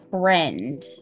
friend